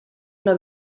una